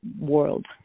world